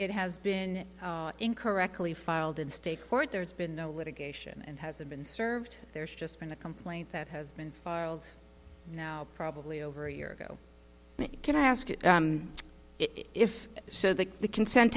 it has been incorrectly filed in state court there's been no litigation and hasn't been served there's just been a complaint that has been filed now probably over a year ago can i ask if so that the consent